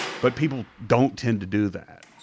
but people don't tend to do that.